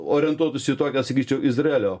orientuotųsi į tokią sakyčiau izraelio